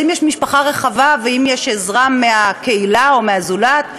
אז אם יש משפחה רחבה ואם יש עזרה מהקהילה או מהזולת,